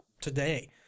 today